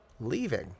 leaving